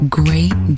great